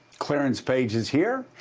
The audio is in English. clarence page is here.